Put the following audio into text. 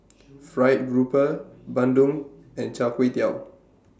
Fried Grouper Bandung and Char Kway Teow